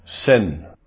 sin